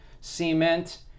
cement